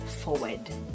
forward